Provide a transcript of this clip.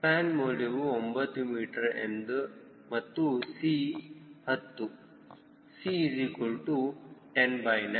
span ಮೌಲ್ಯವು 9 metre ಮತ್ತು c10 c1091